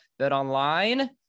BetOnline